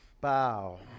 bow